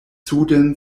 suden